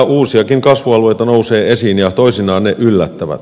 uusiakin kasvualueita nousee esiin ja toisinaan ne yllättävät